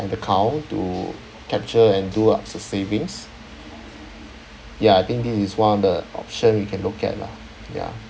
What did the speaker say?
an account to capture and do uh sa~ savings ya I think this is one of the option we can look at lah ya